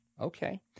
Okay